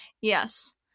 Yes